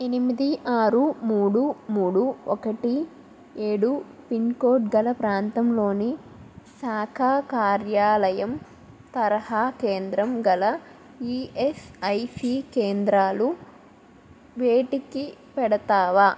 ఎనిమిది ఆరు మూడు మూడు ఒకటి ఏడు పిన్కోడ్ గల ప్రాంతంలోని శాఖా కార్యాలయం తరహా కేంద్రం గల ఈఎస్ఐసి కేంద్రాలు వెతికి పెడతావా